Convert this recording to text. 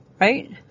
Right